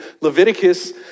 Leviticus